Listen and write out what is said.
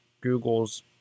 Google's